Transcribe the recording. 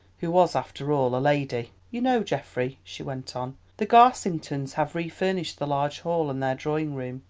who was after all a lady. you know, geoffrey, she went on, the garsingtons have re-furnished the large hall and their drawing-room.